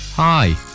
Hi